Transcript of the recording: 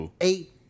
eight